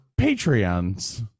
Patreons